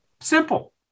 Simple